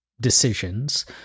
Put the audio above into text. decisions